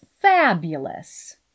fabulous